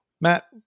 Matt